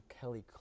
Kelly